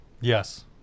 Yes